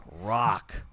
rock